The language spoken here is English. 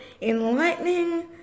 enlightening